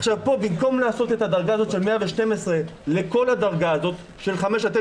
עכשיו במקום לעשות את הדרגה של 112 לכל הדרגה הזו של 5 9,